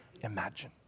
imagine